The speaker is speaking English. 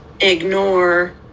ignore